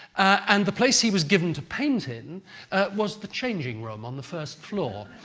and the place he was given to paint in was the changing room on the first floor.